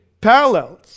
parallels